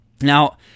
Now